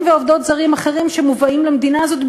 ועובדות זרים אחרים שמובאים למדינה הזאת,